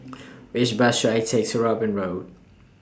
Which Bus should I Take to Robin Road